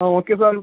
ആ okay sir